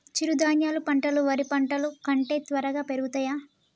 చిరుధాన్యాలు పంటలు వరి పంటలు కంటే త్వరగా పెరుగుతయా?